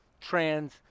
trans